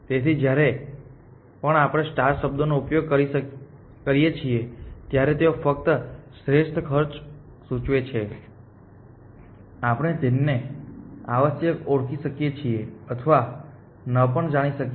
તેથી જ્યારે પણ આપણે શબ્દનો ઉપયોગ કરીએ છીએ ત્યારે તેઓ ફક્ત શ્રેષ્ઠ ખર્ચ સૂચવે છે આપણે તેમને આવશ્યકરીતે ઓળખી શકીએ છીએ અથવા ન પણ જાણી શકીએ